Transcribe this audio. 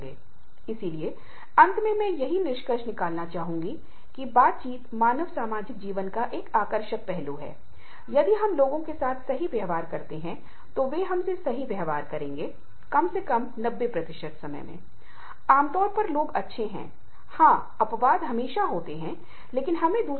इसलिए आपको उस महीन रेखा को खींचना होगा कि मैं किस हद तक काम कर सकता हूं और किस हद तक मैं गैर कामकाजी गतिविधियों या अन्य नौकरी गतिविधियों में शामिल हो सकता हूं